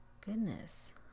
Goodness